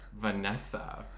vanessa